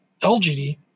LGD